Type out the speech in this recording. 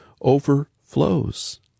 overflows